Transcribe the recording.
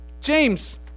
James